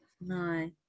no